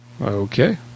Okay